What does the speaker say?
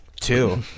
Two